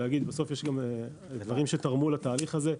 אלא להגיד שבסוף יש גם דברים שתרמו לתהליך הזה,